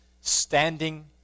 standing